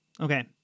Okay